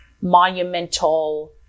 monumental